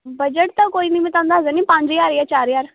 budget ਤਾਂ ਕੋਈ ਨਹੀਂ ਮੈਂ ਤੁਹਾਨੂੰ ਦੱਸ ਦਿੰਨੀ ਪੰਜ ਹਜ਼ਾਰ ਜਾਂ ਚਾਰ ਹਜ਼ਾਰ